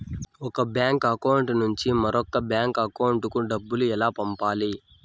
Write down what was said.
ఒక bank account నుంచి మరొక బ్యాంకు అకౌంట్ కు డబ్బు ఎలా పంపాలి